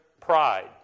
pride